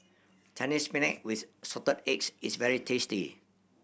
Chinese Spinach with Assorted Eggs is very tasty